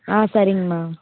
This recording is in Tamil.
ஆ சரிங்கம்மா